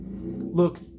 Look